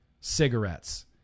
cigarettes